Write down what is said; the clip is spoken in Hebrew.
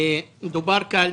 מדובר כאן